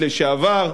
בדבריך.